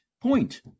point